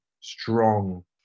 strong